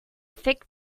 thick